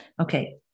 Okay